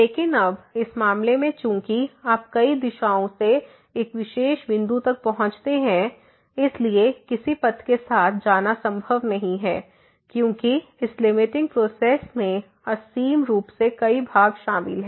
लेकिन अब इस मामले में चूंकि आप कई दिशाओं से एक विशेष बिंदु तक पहुंच सकते हैं इसलिए किसी पथ के साथ जाना संभव नहीं है क्योंकि इस लिमिटिंग प्रोसेस में असीम रूप से कई भाग शामिल हैं